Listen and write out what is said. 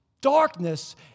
darkness